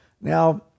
Now